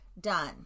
done